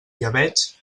llebeig